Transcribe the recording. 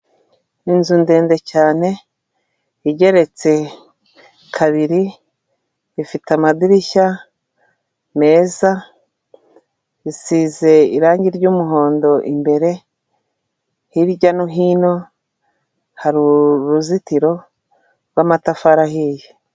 Inzu ndende cyane igeretse kabiri, ifite amadirishya meza, isize irangi ry'umuhondo imbere, hirya no hino hari uruzitiro rwamatafari ahiye.